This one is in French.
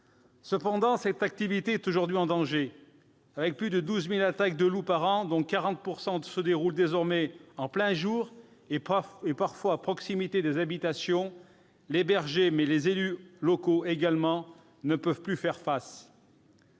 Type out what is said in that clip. Cependant, cette activité est aujourd'hui en danger. Avec plus de 12 000 attaques de loup par an, dont 40 % se déroulent désormais en plein jour et, parfois, à proximité des habitations, les bergers, mais également les élus locaux ne peuvent plus faire face.